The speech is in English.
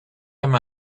him